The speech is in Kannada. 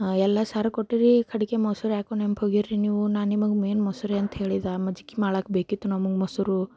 ಎಲ್ಲ ಸಾರ್ ಕೊಟ್ಟಿರಿ ಕಡಿಕೆ ಮೊಸರು ಯಾಕೋ ನೆನ್ಪು ಹೋಗೀರಿ ನೀವು ನಾ ನಿಮಗೆ ಮೇನ್ ಮೊಸರೆ ಅಂತ ಹೇಳಿದ್ದೆ ಮಜ್ಜಿಗೆ ಮಾಡೋಕ್ಕೆ ಬೇಕಿತ್ತು ನಮಗೆ ಮೊಸರು